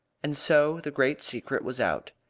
and so the great secret was out,